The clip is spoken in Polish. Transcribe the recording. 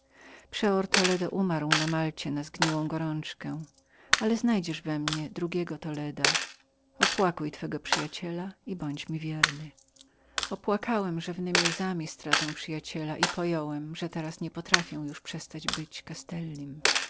przeor toledo umarł w malcie na zgniłą gorączkę ale znajdziesz we mnie drugiego toleda opłakuj twego przyjaciela i bądź mi wiernym opłakałem rzewnemi łzami stratę mego przyjaciela i pojąłem że teraz nie potrafię już przestać